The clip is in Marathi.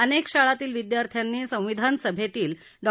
अनेक शाळातील विद्यार्थ्यांनी संविधान सभेतील डॉ